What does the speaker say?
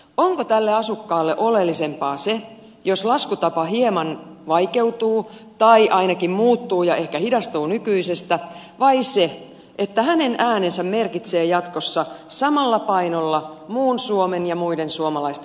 onko tälle asukkaalle oleellisempaa se jos laskutapa hieman vaikeutuu tai ainakin muuttuu ja ehkä hidastuu nykyisestä vai se että hänen äänensä merkitsee jatkossa samalla painolla muun suomen ja muiden suomalaisten kanssa